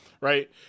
Right